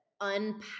unpack